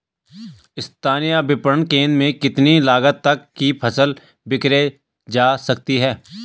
स्थानीय विपणन केंद्र में कितनी लागत तक कि फसल विक्रय जा सकती है?